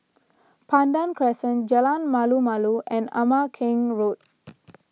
Pandan Crescent Jalan Malu Malu and Ama Keng Road